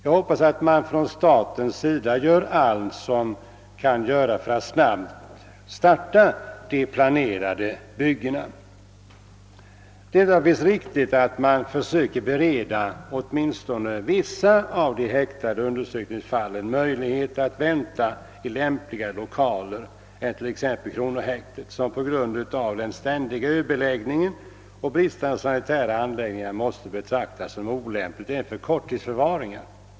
Jag hoppas att man från statens sida gör allt för att snabbt kunna starta de planerade byggena. Det är naturligtvis riktigt att försöka bereda åtminstone vissa av de häktade undersökningsfallen möjlighet att vänta i lämpligare lokaler än i t.ex. kronohäktet, som på grund av den ständiga överbeläggningen och de bristande sanitära anläggningarna måste sägas vara olämpligt även för korttidsförvaringar.